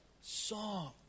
song